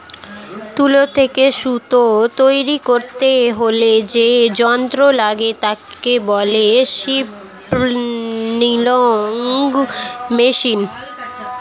তুলো থেকে সুতো তৈরী করতে হলে যে যন্ত্র লাগে তাকে বলে স্পিনিং মেশিন